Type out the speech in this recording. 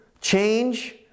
change